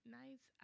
nice